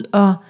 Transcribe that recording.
og